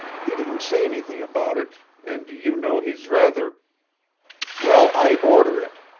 he didn't say anything about it, and you know he's rather well, i order it,